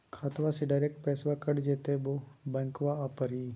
खाताबा से डायरेक्ट पैसबा कट जयते बोया बंकबा आए परी?